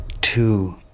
two